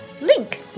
Link